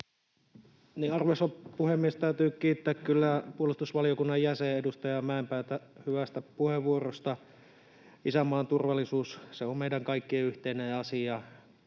arvoisa puhemies! Täytyy kiittää kyllä puolustusvaliokunnan jäsentä, edustaja Mäenpäätä hyvästä puheenvuorosta. Isänmaan turvallisuus on meidän kaikkien yhteinen asia.